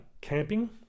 camping